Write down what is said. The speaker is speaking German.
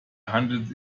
handelt